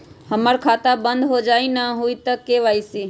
हमर खाता बंद होजाई न हुई त के.वाई.सी?